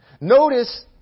notice